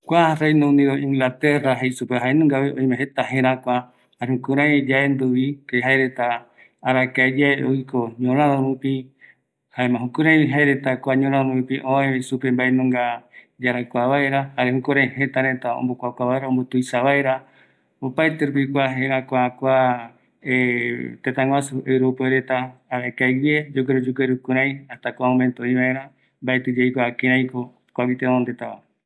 Kua jaevi oiporara jeta rupi yemboavaireta, ñoraro pe oikoreta, kuaviko oikuauka supereta, kïaraï jaereta ombotuisa vaera jëtäreta, jaeramo añaverupi imbaepuere, jare oyembo tuisa kua tëtä, kua ñorarope jaereta oyenboarakua reta